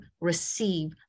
receive